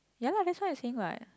ya lah that's what I'm saying what